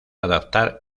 adaptar